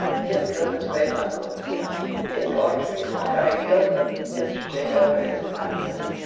he is gilbert's great-uncle, you know. he is going to retire, and gilbert is to take over his practice.